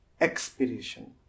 expiration